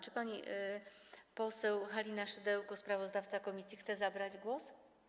Czy pani poseł Halina Szydełko, sprawozdawca komisji, chce zabrać głos?